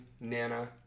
Nana